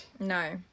No